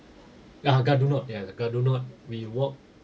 ah gare du nord ya gare du nord we walk